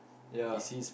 ya